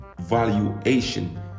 valuation